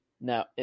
Now